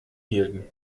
hielten